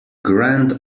grand